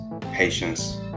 patience